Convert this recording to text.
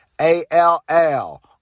A-L-L